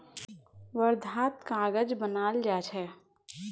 वर्धात कागज बनाल जा छे